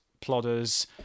plodders